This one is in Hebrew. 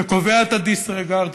שקובע את ה-disregard.